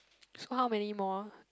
so how many more